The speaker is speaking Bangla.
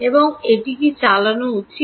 এবং এটি কি চালানো উচিত